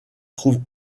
trouve